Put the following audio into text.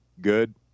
good